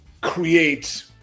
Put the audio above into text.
create